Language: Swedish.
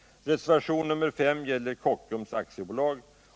Reservationen 5 gäller Kockums AB.